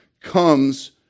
comes